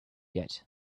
yet